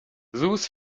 zoos